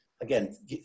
again